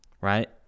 right